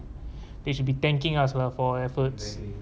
they should be thanking uslahfor our efforts